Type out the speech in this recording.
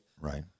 Right